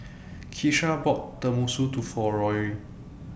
Keesha bought Tenmusu to For Rory